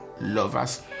lovers